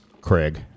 Craig